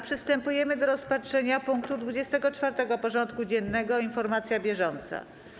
Przystępujemy do rozpatrzenia punktu 24. porządku dziennego: Informacja bieżąca.